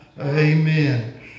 Amen